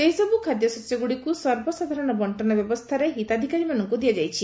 ସେହିସବୁ ଖାଦ୍ୟଶସ୍ୟଗୁଡ଼ିକୁ ସର୍ବସାଧାରଣ ବଣ୍ଟନ ବ୍ୟବସ୍ଥାରେ ହିତାଧିକାରୀମାନଙ୍କୁ ଦିଆଯାଇଛି